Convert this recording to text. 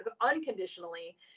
unconditionally